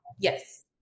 Yes